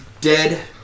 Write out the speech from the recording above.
dead